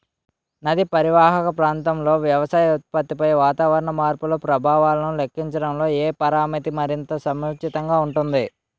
నదీ పరీవాహక ప్రాంతంలో వ్యవసాయ ఉత్పత్తిపై వాతావరణ మార్పుల ప్రభావాలను లెక్కించడంలో ఏ పరామితి మరింత సముచితంగా ఉంటుంది?